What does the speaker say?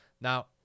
Now